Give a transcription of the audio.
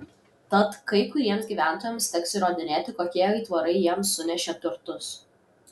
tad kai kuriems gyventojams teks įrodinėti kokie aitvarai jiems sunešė turtus